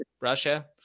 Russia